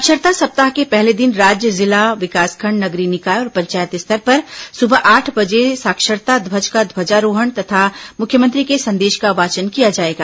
साक्षरता सप्ताह के पहले दिन राज्य जिला विकासखण्ड नगरीय निकाय और पंचायत स्तर पर सुबह आठ बजे साक्षरता ध्वज का ध्वाजारोहण तथा मुख्यमंत्री के संदेश का वाचन किया जाएगा